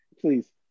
please